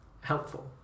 helpful